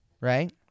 right